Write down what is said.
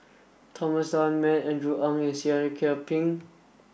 Thomas Dunman Andrew Ang and Seah Kian Peng